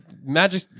Magic